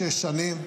76 שנים,